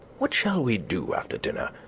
what shall we do after dinner?